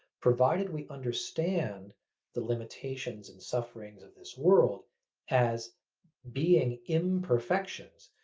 provided we understand the limitations and sufferings of this world as being imperfections,